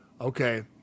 okay